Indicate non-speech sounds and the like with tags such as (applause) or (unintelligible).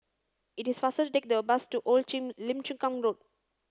it is faster to take the bus to Old (unintelligible) Lim Chu Kang Road